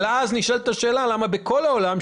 אבל אז נשאלת השאלה למה בשאר העולם,